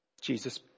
Jesus